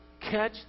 catch